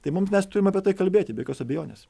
tai mum mes turime apie tai kalbėti be jokios abejonės